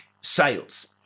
sales